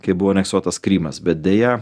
kai buvo aneksuotas krymas bet deja